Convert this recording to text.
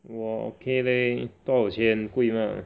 我 okay leh 多少钱贵吗